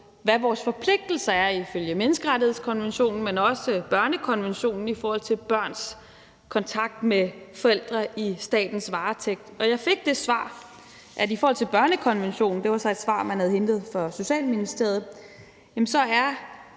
hvad vores forpligtelser ifølge menneskerettighedskonventionen er, men også børnekonventionen i forhold til børns kontakt med forældre i statens varetægt, og jeg fik det svar, at i forhold til børnekonventionen – det var så et svar, man har hentet fra Socialministeriet – er